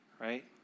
right